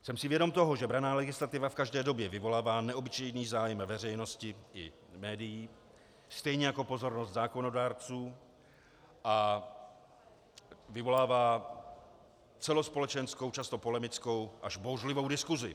Jsem si vědom toho, že branná legislativa v každé době vyvolává neobyčejný zájem veřejnosti i médií stejně jako pozornost zákonodárců a vyvolává celospolečenskou, často polemickou až bouřlivou diskusi.